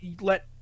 let